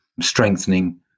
strengthening